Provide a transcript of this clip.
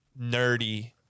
nerdy